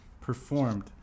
performed